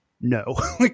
No